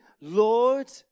Lord